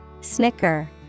Snicker